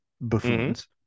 buffoons